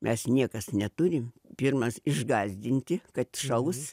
mes niekas neturim pirmas išgąsdinti kad šaus